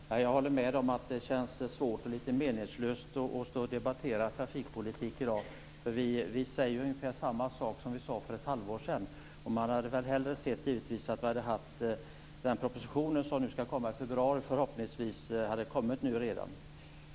Fru talman! Jag håller med om att det känns svårt och litet meningslöst att debattera trafikpolitik i dag. Vi säger ungefär samma saker som vi sade för ett halvår sedan. Man hade väl hellre sett att den proposition som förhoppningsvis skall komma till februari hade förelegat redan nu.